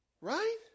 Right